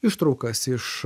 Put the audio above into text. ištraukas iš